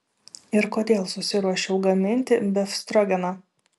ir kodėl susiruošiau gaminti befstrogeną